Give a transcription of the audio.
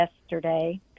yesterday